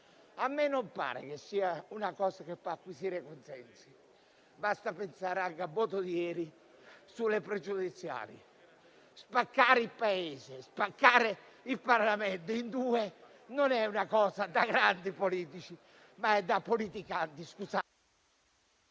A me non pare che sia una cosa che faccia acquisire consensi: basta pensare al voto di ieri sulle pregiudiziali. Spaccare il Paese, spaccare il Parlamento in due è una cosa non da grandi politici, ma da politicanti.